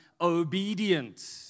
obedient